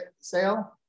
sale